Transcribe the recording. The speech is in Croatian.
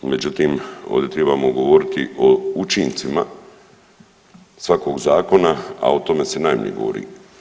Međutim, ovdje tribamo govoriti o učincima svakog zakona, a o tome se najmanje govori.